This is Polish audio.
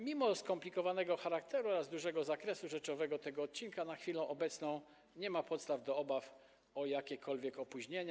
Mimo skomplikowanego charakteru oraz dużego zakresu rzeczowego tego odcinka na chwilę obecną nie ma podstaw do obaw, że będą jakiekolwiek opóźnienia.